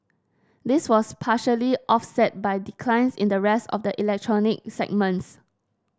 this was partially offset by declines in the rest of the electronic segments